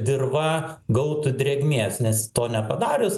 dirva gautų drėgmės nes to nepadarius